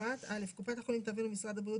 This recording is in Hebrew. ובפרט - קופת החולים תעביר למשרד הבריאות